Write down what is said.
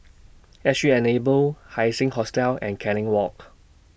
S G Enable Haising Hostel and Canning Walk